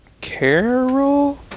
Carol